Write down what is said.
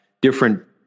different